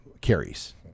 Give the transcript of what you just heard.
carries